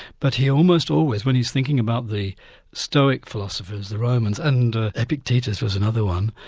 but he almost always, when he's thinking about the stoic philosophers, the romans, and epictetus was another one,